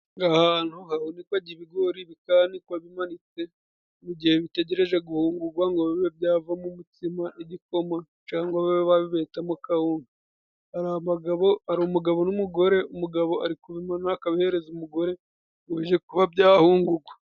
Aha hantu hahunikwaga ibigori bikanikwa bimanitse mu gihe bitegereje guhungugwa ngo bibe byavamo umutsima, igikoma cangwa babe babibetamo kawunga. Hari abagabo, hari umugabo n'umugore, umugabo ari kubimanura akabahereza umugore uje kuba byahungugwa.